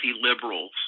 liberals